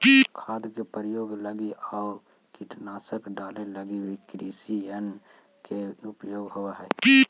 खाद के प्रयोग लगी आउ कीटनाशक डाले लगी भी कृषियन्त्र के उपयोग होवऽ हई